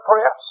press